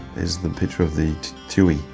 is the picture of the tui.